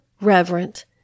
reverent